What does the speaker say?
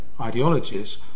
ideologies